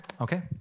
okay